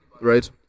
right